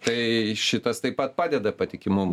tai šitas taip pat padeda patikimumui